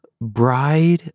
Bride